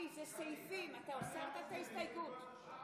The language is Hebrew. סעיפים 1 2 נתקבלו.